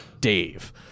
Dave